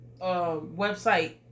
website